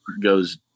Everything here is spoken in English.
goes